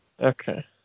okay